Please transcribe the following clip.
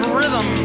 Rhythm